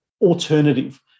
alternative